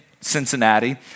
Cincinnati